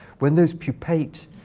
when those pupate,